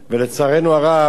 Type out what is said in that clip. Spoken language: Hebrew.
ולצערנו הרב,